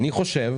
אני חושב